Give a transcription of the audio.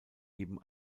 eben